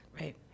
right